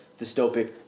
dystopic